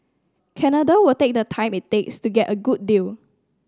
Canada will take the time it takes to get a good deal